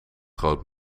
groot